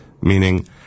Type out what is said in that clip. meaning